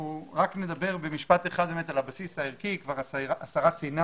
רק נדבר במשפט אחד על הבסיס הערכי, השרה ציינה